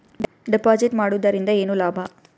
Deposit ಮಾಡುದರಿಂದ ಏನು ಲಾಭ?